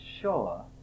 sure